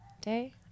day